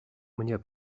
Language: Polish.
mnie